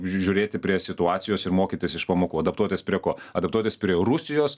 žiūrėti prie situacijos ir mokytis iš pamokų adaptuotis prie ko adaptuotis prie rusijos